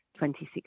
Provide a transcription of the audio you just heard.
2016